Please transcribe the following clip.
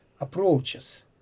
approaches